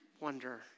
wonder